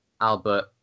Albert